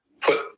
put